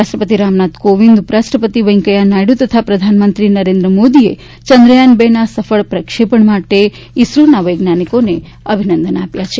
રાષ્ટ્રપતિ રામનાથ કોવિંદ ઉપ રાષ્ટ્રપતિ વેંકેયા નાયડુ તથા પ્રધાનમંત્રી નરેન્દ્ર મોદીએ ચંદ્રયાન બે ના સફળ પ્રક્ષેપણ માટે ઇસરોના વૈજ્ઞાનિકોને અભિનંદન આપ્યા છે